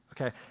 okay